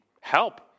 help